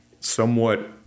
somewhat